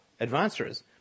advancers